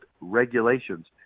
regulations